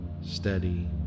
steady